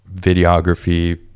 videography